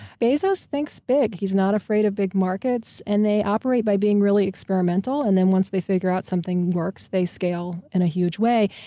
bezos thinks big. he's not afraid of big markets and they operate by being really experimental. and then once they figure out something works, they scale in a huge way.